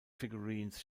figurines